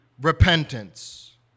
repentance